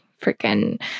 freaking